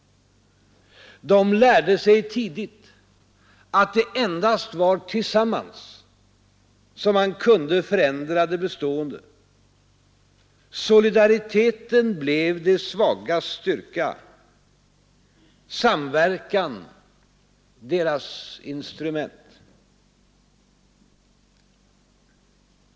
De lärde sig tidigt att det endast var tillsammans som man kunde förändra det bestående. Solidariteten blev de svagas styrka, samverkan deras instrument.